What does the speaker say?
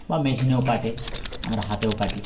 বা মেশিনেও কাটে আমরা হাতেও কাটি